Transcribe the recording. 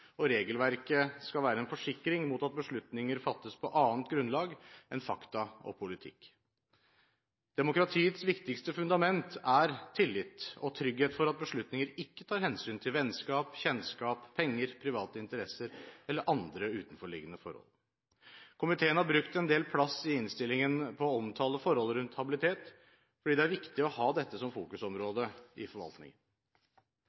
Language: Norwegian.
og regelverket skal være en forsikring mot at beslutninger fattes på annet grunnlag enn fakta og politikk. Demokratiets viktigste fundament er tillit og trygghet for at beslutninger ikke tar hensyn til vennskap, kjennskap, penger, private interesser eller andre utenforliggende forhold. Komiteen har brukt en del plass i innstillingen på å omtale forholdet rundt habilitet, fordi det er viktig å ha dette som